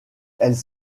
elles